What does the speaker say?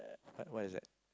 what what is that